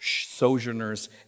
sojourners